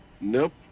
Nope